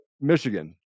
Michigan